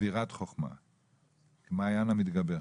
כמעיין המתגבר.